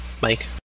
Mike